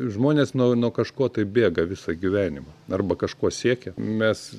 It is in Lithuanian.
žmonės nuo nuo kažko tai bėga visą gyvenimą arba kažko siekia mes